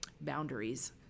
boundaries